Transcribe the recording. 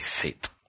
faith